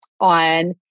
on